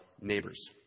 neighbors